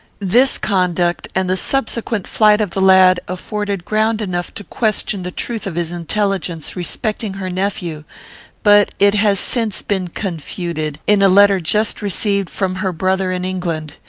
this conduct, and the subsequent flight of the lad, afforded ground enough to question the truth of his intelligence respecting her nephew but it has since been confuted, in a letter just received from her brother in england.